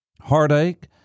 heartache